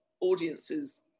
audiences